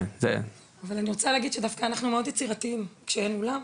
אני רוצה להגיד שאנחנו דווקא מאוד יצירתיים כשאין אולם.